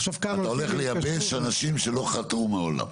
אתה הולך לייבש אנשים שלא חטאו מעולם.